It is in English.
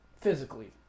physically